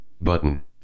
button